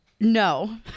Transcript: No